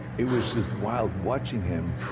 it was just wild watching him,